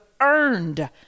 earned